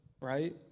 right